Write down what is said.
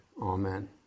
Amen